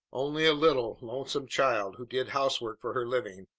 only a little, lonesome child who did housework for her living,